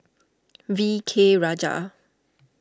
V K Rajah